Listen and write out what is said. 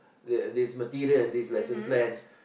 they this material and this lesson plans